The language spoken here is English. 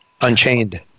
Unchained